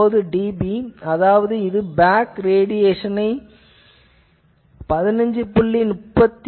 39 dB அதாவது இது back ரேடியேசனை 15